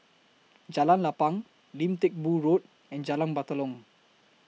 Jalan Lapang Lim Teck Boo Road and Jalan Batalong